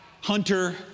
hunter